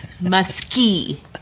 Musky